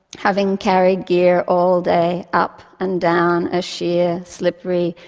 having carried gear all day up and down a sheer, slippery,